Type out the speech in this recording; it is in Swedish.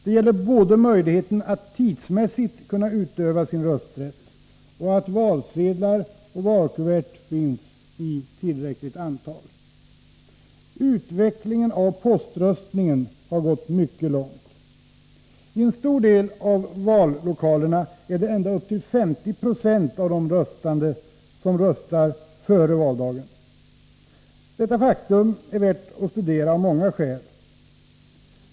Det gäller både möjligheten att tidsmässigt kunna utöva sin rösträtt och att valsedlar och valkuvert finns i tillräckligt antal. Utvecklingen av poströstning har gått mycket långt. I en stor del av vallokalerna är det ända upp till 50 90 av de röstande som röstar före valdagen. Detta faktum är värt att studera av många skäl.